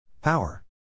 Power